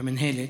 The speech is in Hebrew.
במינהלת,